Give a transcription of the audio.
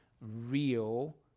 real